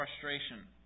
frustration